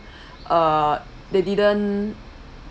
uh they didn't